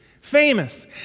Famous